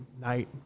night